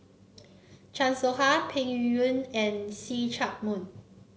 Chan Soh Ha Peng Yuyun and See Chak Mun